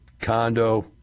Condo